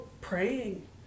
praying